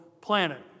planet